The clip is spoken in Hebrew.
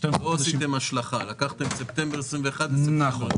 שעשיתם השלכה לקחתם את ספטמבר 2021 --- נכון.